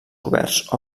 coberts